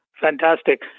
Fantastic